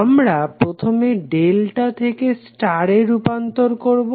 আমরা প্রথমে ডেল্টা থেকে স্টারে রূপান্তর করবো